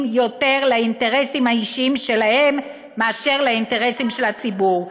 לאינטרסים האישיים שלהם יותר מאשר לאינטרסים של הציבור.